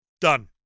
Done